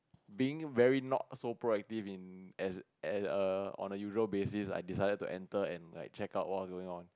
being very not so proactive in as a on a usual basis I decided to enter and like check out what was going on